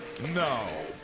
No